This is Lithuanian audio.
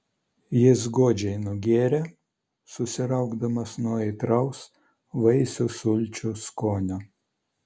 jis godžiai nugėrė susiraukdamas nuo aitraus vaisių sulčių skonio